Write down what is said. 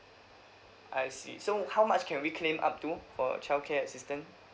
I see so how much can we claim up to for childcare assistance